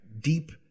deep